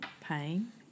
pain